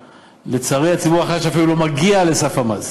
ולצערי הציבור החלש אפילו לא מגיע לסף המס,